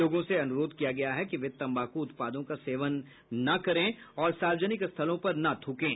लोगों से अनुरोध किया गया है कि वे तंबाकू उत्पादों का सेवन न करें और सार्वजनिक स्थलों पर न थ्रकें